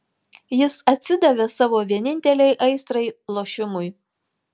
jis atsidavė savo vienintelei aistrai lošimui